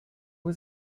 was